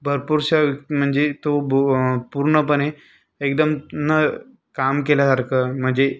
भरपूरशा म्हणजे तो बो पूर्णपणे एकदम न काम केल्यासारखं म्हणजे